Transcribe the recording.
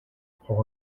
part